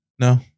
No